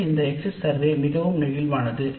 இந்த exit survey பல திட்டங்களுக்கு பயன்படலாம்